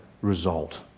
result